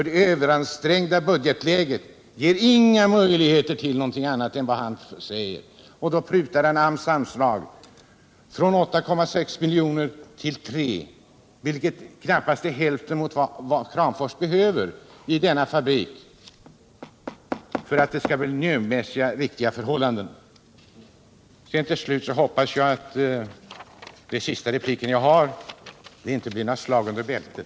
Det överansträngda budgetläget ger inga möjligheter till något annat, säger han och prutar AMS anslag från 8,6 miljoner till 3 miljoner, vilket knappast är hälften av vad som behövs i Kramforsfabriken för att det skall bli miljömässigt riktiga förhållanden. Det här är min sista replik, och jag hoppas att det inte skall komma några slag under bältet.